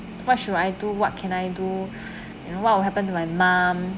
what should I do what can I do and what will happen to my mom